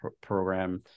program